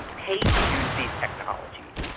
pay to use these technologies.